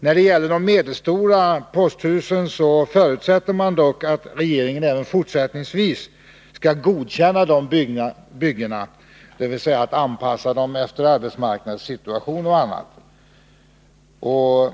När det gäller de medelstora posthusen förutsätts dock att regeringen även fortsättningsvis skall godkänna byggena, dvs. anpassa dem efter arbetsmarknadssituation och annat.